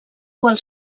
qual